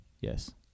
Yes